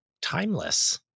timeless